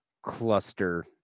cluster